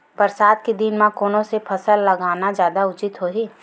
बरसात के दिन म कोन से फसल लगाना जादा उचित होही?